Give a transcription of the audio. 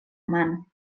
mano